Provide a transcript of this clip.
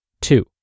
Two